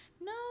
no